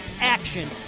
action